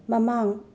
ꯃꯃꯥꯡ